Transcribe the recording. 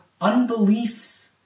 unbelief